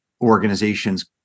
organizations